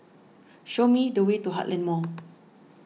show me the way to Heartland Mall